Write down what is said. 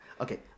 Okay